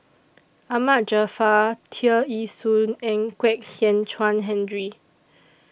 Ahmad Jaafar Tear Ee Soon and Kwek Hian Chuan Henry